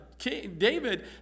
David